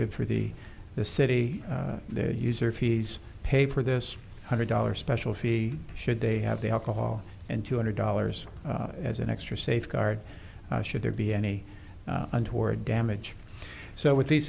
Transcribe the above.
good for the the city user fees pay for this one hundred dollars special fee should they have the alcohol and two hundred dollars as an extra safeguard should there be any untoward damage so with these